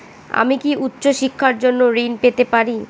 আমি কি উচ্চ শিক্ষার জন্য ঋণ পেতে পারি?